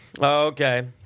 Okay